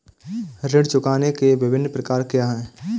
ऋण चुकाने के विभिन्न प्रकार क्या हैं?